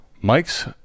Mike's